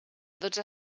dotze